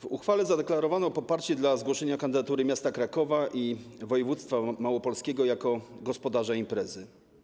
W uchwale zadeklarowano poparcie dla zgłoszenia kandydatury miasta Krakowa i województwa małopolskiego jako gospodarza imprezy.